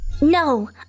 No